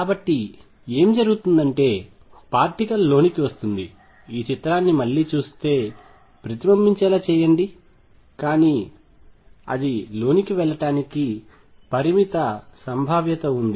కాబట్టి ఏమి జరుగుతుందంటే పార్టికల్ లోనికి వస్తుంది ఈ చిత్రాన్ని మళ్లీ చూస్తే ప్రతిబింబించేలా చేయండి కానీ అది లోనికి వెళ్ళటానికి పరిమిత సంభావ్యత ఉంది